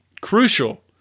crucial